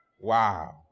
Wow